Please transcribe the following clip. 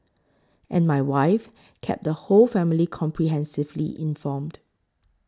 and my wife kept the whole family comprehensively informed